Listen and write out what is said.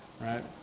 right